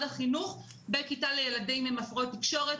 החינוך בכיתה לילדים עם הפרעות תקשורת,